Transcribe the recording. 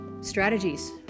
strategies